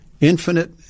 infinite